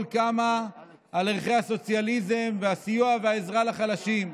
קמה על ערכי הסוציאליזם והסיוע והעזרה לחלשים.